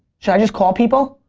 should i just call people?